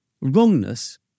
Wrongness